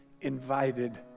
invited